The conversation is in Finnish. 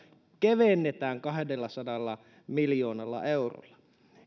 kevennetään kahdellasadalla miljoonalla eurolla